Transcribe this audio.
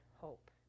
hope